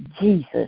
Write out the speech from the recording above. Jesus